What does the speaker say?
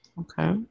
Okay